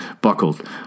buckled